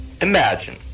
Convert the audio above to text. imagine